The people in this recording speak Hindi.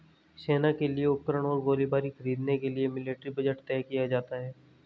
सेना के लिए उपकरण और गोलीबारी खरीदने के लिए मिलिट्री बजट तय किया जाता है